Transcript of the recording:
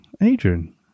Adrian